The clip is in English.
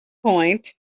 point